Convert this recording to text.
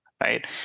right